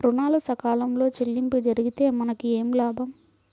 ఋణాలు సకాలంలో చెల్లింపు జరిగితే మనకు ఏమి లాభం?